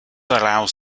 allows